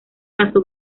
pasó